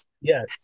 Yes